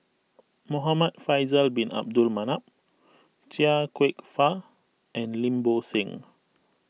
Muhamad Faisal Bin Abdul Manap Chia Kwek Fah and Lim Bo Seng